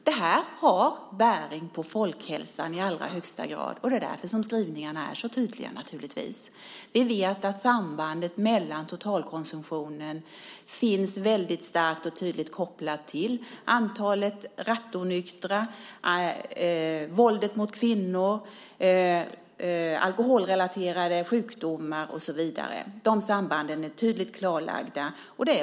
Detta har bäring på folkhälsan i allra högsta grad, och det är naturligtvis därför skrivningarna är så tydliga. Vi vet att totalkonsumtionen är väldigt starkt och tydligt kopplad till antalet rattonyktra, våldet mot kvinnor, alkoholrelaterade sjukdomar och så vidare. De sambanden är tydligt klarlagda.